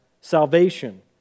salvation